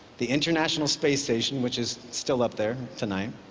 the international space station, which is still up there tonight,